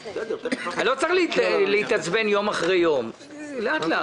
אני לא צריך להתעצבן יום אחרי יום, לאט-לאט.